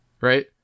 right